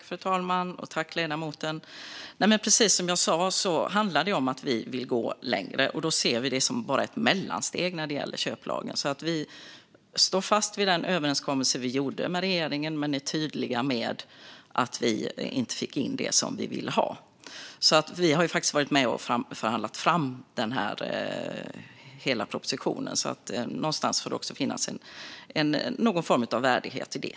Fru talman! Ledamoten! Precis som jag sa handlar det om att vi vill gå längre. Vi ser detta bara som ett mellansteg när det gäller köplagen. Vi står alltså fast vid den överenskommelse som vi gjorde med regeringen, men vi är tydliga med att vi inte fick in det som vi ville ha. Vi har ju varit med och förhandlat fram den här propositionen, och någonstans får det finnas en form av värdighet i det.